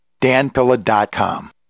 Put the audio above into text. danpilla.com